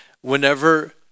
whenever